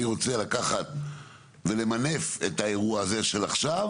אני רוצה לקחת ולמנף את האירוע הזה של עכשיו